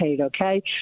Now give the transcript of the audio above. okay